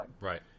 Right